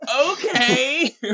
Okay